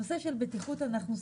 את הנושא של בטיחות סגרנו.